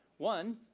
one,